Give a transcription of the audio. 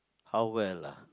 how well ah